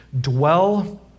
Dwell